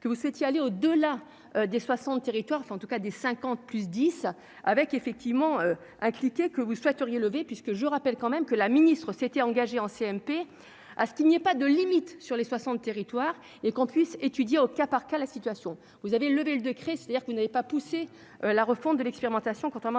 que vous souhaitiez aller au-delà des 60, territoire, enfin en tout cas des 50 plus 10 avec effectivement à cliquer que vous souhaiteriez levé puisque je vous rappelle quand même que la ministre s'était engagé en CMP, à ce qu'il n'y a pas de limite, sur les 60 territoires et qu'on puisse étudier au cas par cas, la situation vous avez levé le de créer, c'est-à-dire que vous n'avez pas poussé la refonte de l'expérimentation, contrairement à ce qui